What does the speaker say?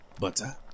butter